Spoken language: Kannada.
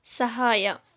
ಸಹಾಯ